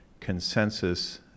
consensus